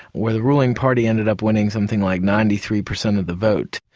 where the ruling party ended up winning something like ninety three per cent of the vote.